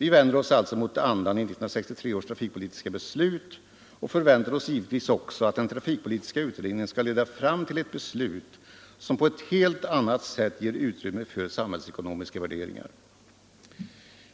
Vi vänder oss alltså mot andan i 1963 års trafikpolitiska beslut och förväntar oss givetvis också att den trafikpolitiska utredningen skall leda fram till ett beslut, som på ett helt annat sätt ger utrymme för samhällsekonomiska värderingar.